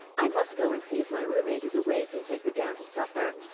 i must go and see if my roommate is awake, and take her down to supper.